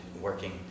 working